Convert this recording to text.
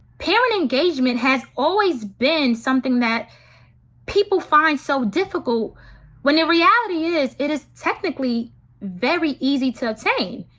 parent engagement has always been something that people find so difficult when the reality is it is technically very easy to obtain.